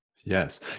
Yes